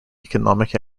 economic